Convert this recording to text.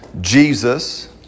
Jesus